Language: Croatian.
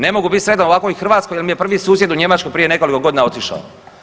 Ne mogu bit sretan u ovakvoj Hrvatskoj jel mi je prvi susjed u Njemačku prije nekoliko godina otišao.